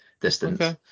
distance